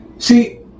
See